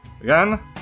again